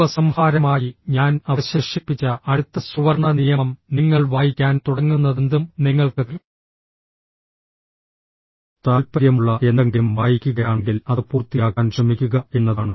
ഉപസംഹാരമായി ഞാൻ അവശേഷിപ്പിച്ച അടുത്ത സുവർണ്ണ നിയമം നിങ്ങൾ വായിക്കാൻ തുടങ്ങുന്നതെന്തും നിങ്ങൾക്ക് താൽപ്പര്യമുള്ള എന്തെങ്കിലും വായിക്കുകയാണെങ്കിൽ അത് പൂർത്തിയാക്കാൻ ശ്രമിക്കുക എന്നതാണ്